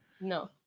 No